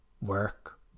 work